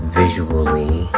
visually